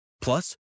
Plus